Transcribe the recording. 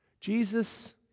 Jesus